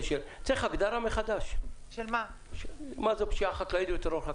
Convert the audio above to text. צריך הגדרה מחדש מה זו פשיעה חקלאית וטרור חקלאי.